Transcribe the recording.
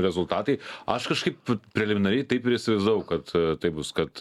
rezultatai aš kažkaip preliminariai taip ir įsivaizdavau kad tai bus kad